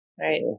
Right